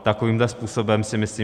Takovýmhle způsobem si myslím...